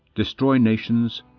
destroy nations,